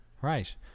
right